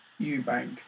Eubank